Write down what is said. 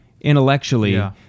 intellectually